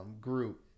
group